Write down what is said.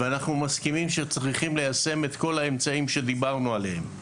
ואנחנו מסכימים שצריך ליישם את כל האמצעים שדיברנו עליהם.